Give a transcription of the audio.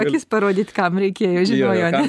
akis parodyt kam reikėjo žinojo ane